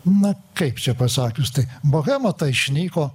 na kaip čia pasakius tai bohema išnyko